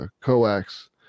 coax